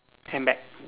handbag